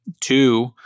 Two